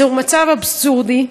זהו מצב אבסורדי,